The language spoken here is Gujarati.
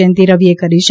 જયંતિ રવિએ કરી છે